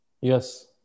Yes